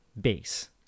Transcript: base